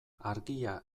argia